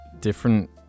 different